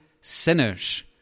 sinners